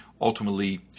ultimately